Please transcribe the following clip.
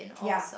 ya